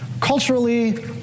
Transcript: culturally